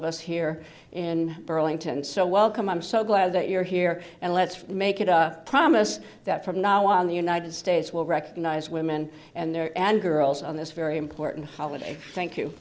of us here in burlington so welcome i'm so glad that you're here and let's make it a promise that from now on the united states will recognize women and their and girls on this very important holiday thank you